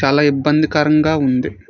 చాలా ఇబ్బందికరంగా ఉంది